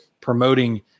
promoting